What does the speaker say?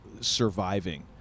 surviving